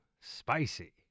spicy